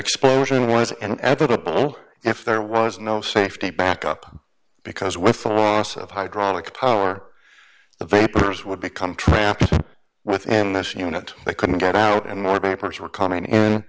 explosion was an editable if there was no safety backup because with a loss of hydraulic power the vapors would become trapped within this unit they couldn't get out and more papers were coming in